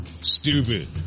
Stupid